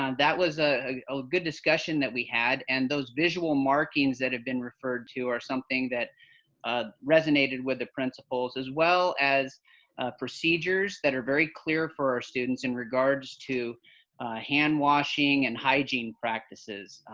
um that was a ah ah good discussion that we had, and those visual markings that have been referred to are something that ah resonated with the principals, as well as procedures that are very clear for our students in regards to hand washing and hygiene practices.